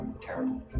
terrible